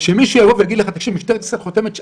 מי שיבוא ויגיד לך שמשטרת ישראל חותמת על זה